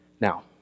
now